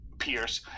pierce